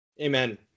Amen